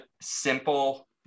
simple